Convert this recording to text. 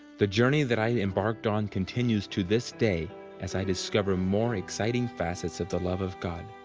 the journey that i embarked on continues to this day as i discover more excited facets of the love of god.